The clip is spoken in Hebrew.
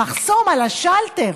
המחסום, על השלטר,